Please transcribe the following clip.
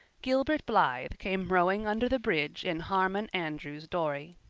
gilbert blythe came rowing under the bridge in harmon andrews's dory!